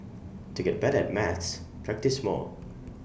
to get better maths practise more